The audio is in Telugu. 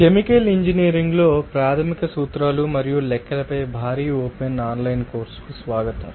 కెమికల్ ఇంజనీరింగ్లో ప్రాథమిక సూత్రాలు మరియు లెక్కలపై భారీ ఓపెన్ ఆన్లైన్ కోర్సుకు స్వాగతం